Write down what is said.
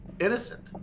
innocent